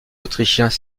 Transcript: autrichiens